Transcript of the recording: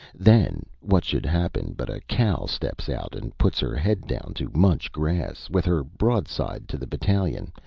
then, what should happen but a cow steps out and puts her head down to munch grass, with her broadside to the battalion,